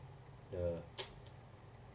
the